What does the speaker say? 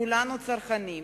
כולנו צרכנים.